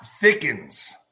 thickens